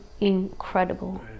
incredible